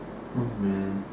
oh man